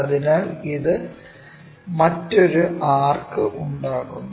അതിനാൽ ഇത് മറ്റൊരു ആർക്ക് ഉണ്ടാക്കുന്നു